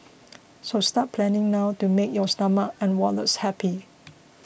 so start planning now to make your stomach and wallets happy